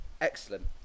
Excellent